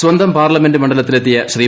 സ്വന്തം പാർലമെന്റ് മണ്ഡലത്തിലെത്തിയ ശ്രീ